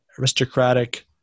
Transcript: aristocratic